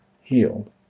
healed